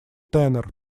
тенор